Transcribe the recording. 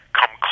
come